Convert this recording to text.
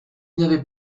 n’avait